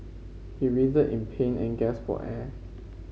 he writhed in pain and gasped for air